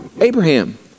Abraham